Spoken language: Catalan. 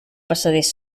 passadís